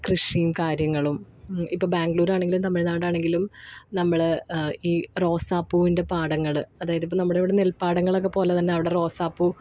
കൃഷിയും കാര്യങ്ങളും ഇപ്പോള് ബാംഗ്ലൂരാണെങ്കിലും തമിഴ്നാടാണെങ്കിലും നമ്മള് ഈ റോസാപ്പൂവിൻ്റെ പാടങ്ങള് അതായതിപ്പോള് നമ്മുടെ ഇവിടെ നെൽപ്പാടങ്ങളൊക്കെ പോലെതന്നെ അവിടെ റോസാപ്പൂ